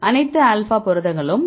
அனைத்து ஆல்பா புரதங்களும்